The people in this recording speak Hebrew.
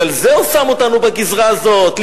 בגלל זה הוא שם אותנו בגזרה הזאת,